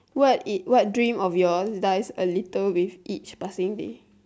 what is what dream of your dies a little with each passing day